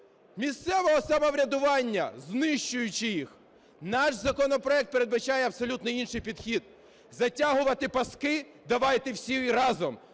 місцевого самоврядування, знищуючи їх. Наш законопроект передбачає абсолютно інший підхід. Затягувати паски давайте всі разом: